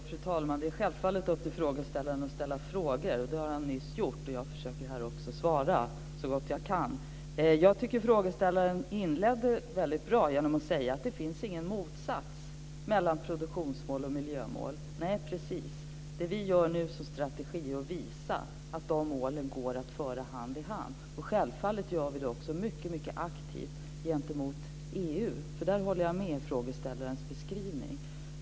Fru talman! Det är självfallet upp till frågeställaren att ställa frågor. Det har han nyss gjort och jag försöker svara så gott jag kan. Jag tycker att frågeställaren inledde väldigt bra genom att säga att det inte finns något motsatsförhållande mellan produktionsmål och miljömål. Nej, precis! Vår strategi nu är att visa att de målen går att föra hand i hand. Självfallet gör vi detta mycket aktivt gentemot EU. Där instämmer jag i frågeställarens beskrivning.